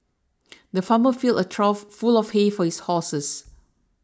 the farmer filled a trough full of hay for his horses